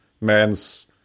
man's